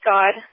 God